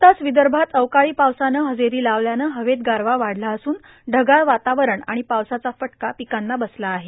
न्कताच र्वदभात अवकाळी पावसानं हजेरी लावल्यानं हवेत गारव वाढला असून ढगाळ वाटावं आर्गण पावसाचा फटका पंपकांना बसला आहे